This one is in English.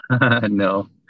No